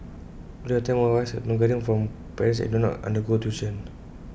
during our time most of us had no guidance from parents and did not undergo tuition